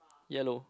yellow